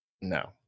No